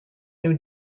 new